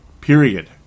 Period